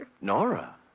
Nora